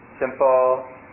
simple